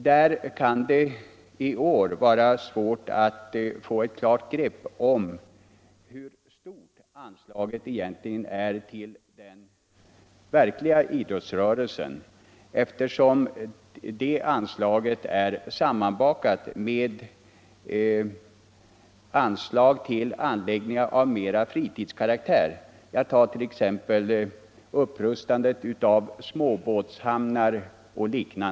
Det kan dock i år vara svårt att få ett klart grepp om hur stort anslaget är till den egentliga idrottsrörelsen, eftersom detta anslag är sammanbakat med anslaget till anläggningar av fritidskaraktär. Jag kan såsom exempel ta upprustandet av småbåtshamnar.